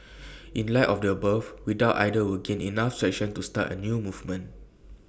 in light of the above we doubt either will gain enough traction to start A new movement